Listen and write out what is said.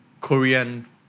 Korean